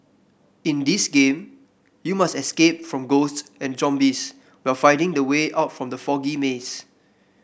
in this game you must escape from ghosts and zombies while finding the way out from the foggy maze